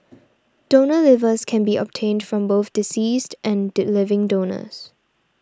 donor livers can be obtained from both deceased and living donors